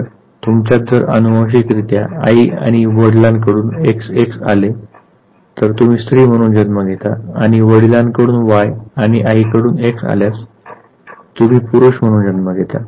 तर तुमच्यात जर अनुवांशिकरित्या आई आणि वडिलांकडून XX आले तर तुम्ही स्त्री म्हणून जन्म घेता आणि वडिलांकडून Y आणि आईकडून x आल्यास तुम्ही पुरुष म्हणून जन्म घेता